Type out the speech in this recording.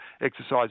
exercise